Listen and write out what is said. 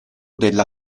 della